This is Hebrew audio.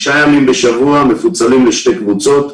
6 ימים בשבוע, מפוצלים לשתי קבוצות.